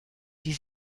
die